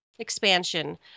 Expansion